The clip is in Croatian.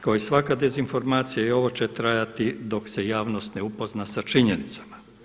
Kao i svaka dezinformacija i ovo će trajati dok se javnost ne upozna sa činjenica.